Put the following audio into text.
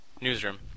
newsroom